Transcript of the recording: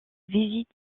visite